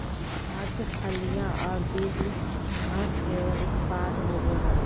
खाद्य, फलियां और बीज घास के उत्पाद होबो हइ